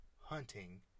hunting